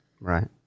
Right